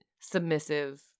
submissive